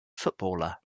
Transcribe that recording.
footballer